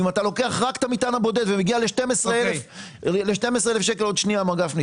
אם אתה לוקח את המטען הבודד ומגיע ל-12,000 שקל למטען,